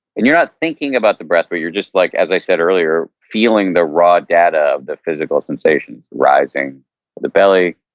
and you're not thinking about the breath, but your just like as i said earlier feeling the raw data of the physical sensation rising in the belly,